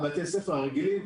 בין בתי הספר הרגילים,